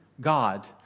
God